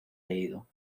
leído